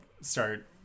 start